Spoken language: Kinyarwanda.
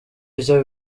ivyo